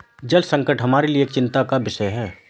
जल संकट हमारे लिए एक चिंता का विषय है